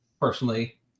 personally